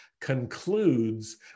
concludes